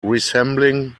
resembling